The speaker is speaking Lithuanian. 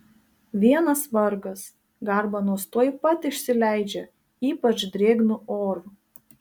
vienas vargas garbanos tuoj pat išsileidžia ypač drėgnu oru